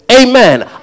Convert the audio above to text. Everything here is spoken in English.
Amen